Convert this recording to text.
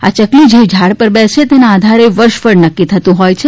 આ ચકલી જે ઝાડ પર બેસે તેના આધારે વર્ષ ફળ નક્કી થતું હોય છે